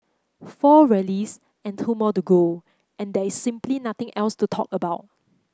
four rallies and two more to go and there is simply nothing else to talk about